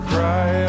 Cry